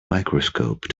microscope